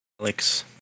Alex